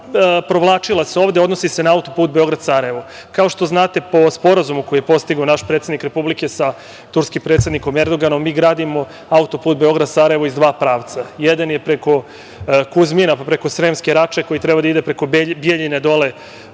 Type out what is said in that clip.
a provlačila se ovde, odnosi se na auto-put Beograd-Sarajevo. Kao što znate, po sporazumu koji je postigao naš predsednik Republike sa turskim predsednikom Erdoganom, mi gradimo auto-put Beograd-Sarajevo iz dva pravca. Jedan je preko Kuzmina, Sremske Rače, koji treba da ide preko Bijeljine, dole